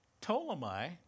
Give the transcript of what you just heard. Ptolemy